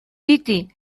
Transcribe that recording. piti